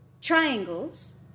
triangles